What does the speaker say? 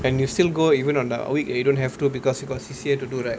and you still go even on the week that you don't have to because you got C_C_A to do right